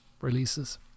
releases